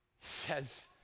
Says